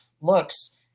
looks